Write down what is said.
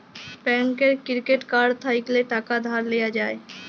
ব্যাংকের credit card থ্যাইকলে টাকা ধার লিয়া যায়